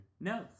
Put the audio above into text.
No